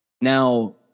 now